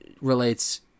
relates